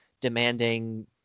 demanding